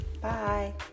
Bye